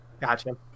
gotcha